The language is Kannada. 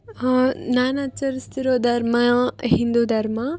ನಾನು ಆಚರ್ಸ್ತಿರುವ ಧರ್ಮ ಹಿಂದೂ ಧರ್ಮ